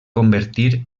convertir